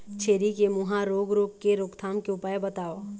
छेरी के मुहा रोग रोग के रोकथाम के उपाय बताव?